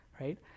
right